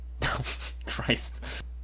Christ